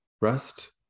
rest